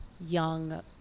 young